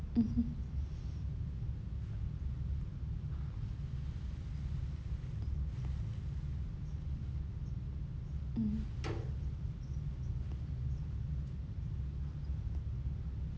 mmhmm mm